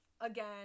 again